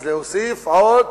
אז להוסיף עוד